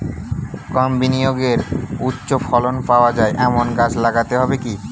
কম বিনিয়োগে উচ্চ ফলন পাওয়া যায় এমন গাছ লাগাতে হবে কি?